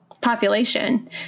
population